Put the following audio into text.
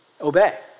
Obey